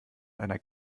einer